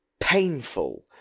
painful